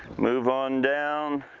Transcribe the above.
move on down.